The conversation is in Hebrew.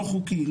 לא חוקי,